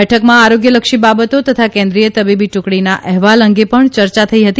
બેઠકમાં આરોગ્ય લક્ષી બાબતો તથા કેન્દ્રિય તબીબી ટુકડીના અહેવાલ અંગે પણ યર્ચા થઈ હતી